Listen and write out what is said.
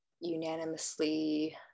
unanimously